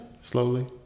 slowly